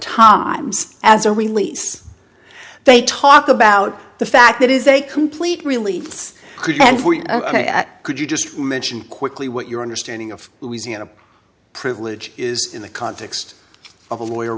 times as a release they talk about the fact that is a complete relief could and could you just mention quickly what your understanding of louisiana privilege is in the context of a lawyer